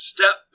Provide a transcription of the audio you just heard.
Step